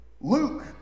Luke